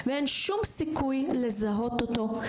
ואין שום סיכוי לזהות אותו,